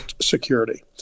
Security